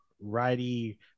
righty